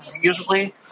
Usually